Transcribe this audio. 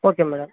okay madam